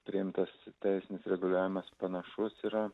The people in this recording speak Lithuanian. priimtas teisinis reguliavimas panašus yra